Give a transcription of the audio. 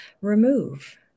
remove